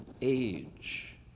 age